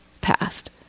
passed